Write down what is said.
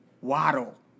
Waddle